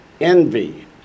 envy